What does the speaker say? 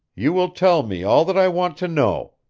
you will tell me all that i want to know,